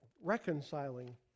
reconciling